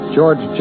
George